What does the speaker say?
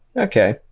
okay